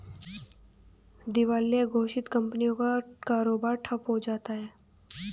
दिवालिया घोषित कंपनियों का कारोबार ठप्प हो जाता है